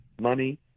money